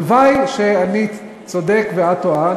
הלוואי שאני צודק ואת טועה.